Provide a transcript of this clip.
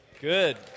Good